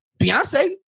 Beyonce